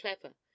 clever